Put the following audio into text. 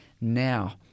now